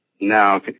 now